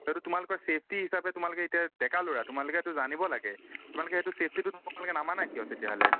তো এইটো তোমালোকৰ চেফটি হিচাপে তোমালোকে এতিয়া ডেকা ল'ৰা তোমালোকে এইটো জানিব লাগে তোমালোকে সেইটো চেফটিটো তোমালোকে নামানা কিয় তেতিয়াহ'লে